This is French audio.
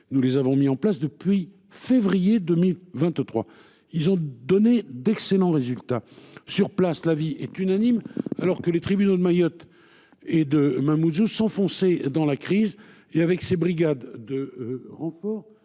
Nous les avons mis en place depuis février 2023, ils ont donné d'excellents résultats sur place. L'avis est unanime. Alors que les tribunaux de Mayotte et de Mamoudzou s'enfoncer dans la crise et avec ces brigades de renfort.